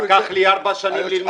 לקח לי ארבע שנים ללמוד את זה, אדוני.